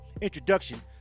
introduction